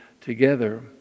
together